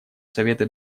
совета